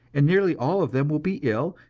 and nearly all of them will be ill,